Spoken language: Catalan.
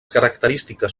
característiques